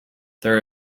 their